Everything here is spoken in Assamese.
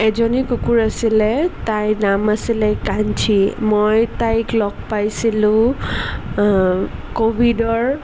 এজনী কুকুৰ আছিলে তাইৰ নাম আছিলে কাঞ্চী মই তাইক লগ পাইছিলোঁ ক'ভিডৰ